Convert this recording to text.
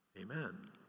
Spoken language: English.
amen